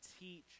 teach